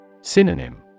Synonym